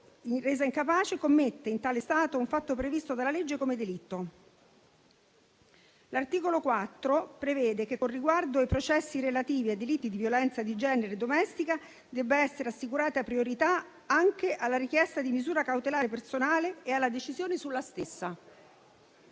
resa incapace commetta in tale stato un fatto previsto dalla legge come delitto. L'articolo 4 prevede che, con riguardo ai processi relativi ai delitti di violenza di genere e domestica, sia assicurata priorità anche alla richiesta di misura cautelare personale e alla decisione sulla stessa.